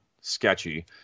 sketchy